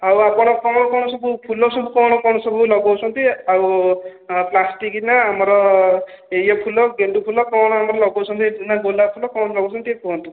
ଆଉ ଆପଣ କଣ କଣ ସବୁ ଫୁଲ ସବୁ କଣ କଣ ସବୁ ଲଗାଉଛନ୍ତି ଆଉ ପ୍ଲାଷ୍ଟିକ ନା ଆମର ଇଏ ଫୁଲ ଗେଣ୍ଡୁ ଫୁଲ କଣ ଆମର ଲଗାଉଛନ୍ତି ନା ଗୋଲାପ ଫୁଲ କଣ ଲଗଉଛନ୍ତି ଟିକେ କୁହନ୍ତୁ